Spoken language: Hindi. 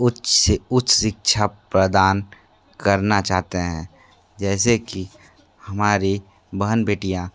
उच्च से उच्च शिक्षा प्रदान करना चाहते हैं जैसे कि हमारी बहन बेटियां